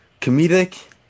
comedic